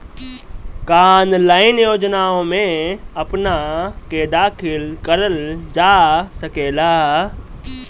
का ऑनलाइन योजनाओ में अपना के दाखिल करल जा सकेला?